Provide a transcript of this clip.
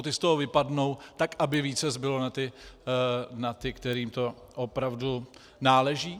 Ti z toho vypadnou, tak aby více zbylo na ty, kterým to opravdu náleží?